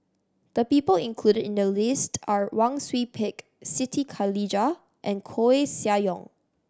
the people included in the list are Wang Sui Pick Siti Khalijah and Koeh Sia Yong